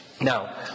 Now